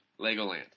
Legoland